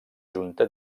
junta